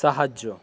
সাহায্য